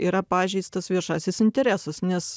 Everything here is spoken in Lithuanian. yra pažeistas viešasis interesas nes